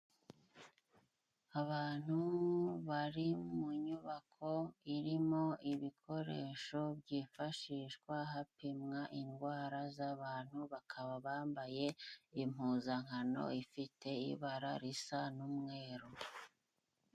Abantu bari mu nyubako irimo ibikoresho byifashishwa hapimwa indwara z'abantu, bakaba bambaye impuzankano ifite ibara risa n'umweru.